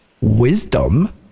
wisdom